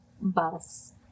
Bus